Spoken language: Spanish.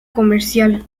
comercial